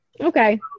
Okay